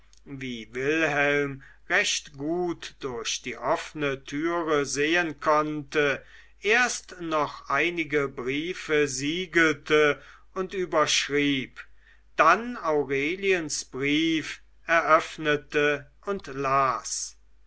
wie wilhelm recht gut durch die offene türe sehen konnte erst noch einige briefe siegelte und überschrieb dann aureliens brief eröffnete und las